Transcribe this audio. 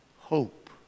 hope